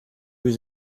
was